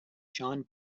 john